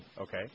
Okay